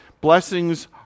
Blessings